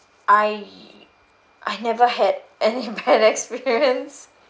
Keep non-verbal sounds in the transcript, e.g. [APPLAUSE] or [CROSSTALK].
I I never had any bad experience [LAUGHS]